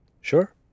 Sure